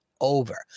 over